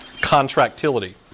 contractility